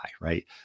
right